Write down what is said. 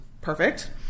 perfect